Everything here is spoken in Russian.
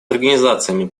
организациями